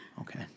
Okay